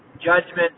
judgment